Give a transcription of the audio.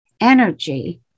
energy